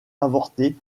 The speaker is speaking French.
avorté